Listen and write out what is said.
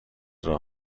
راه